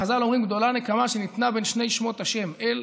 חז"ל אומרים: גדולה נקמה שניתנה בין שני שמות השם,